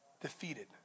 defeated